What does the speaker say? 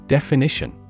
Definition